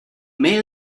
may